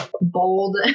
bold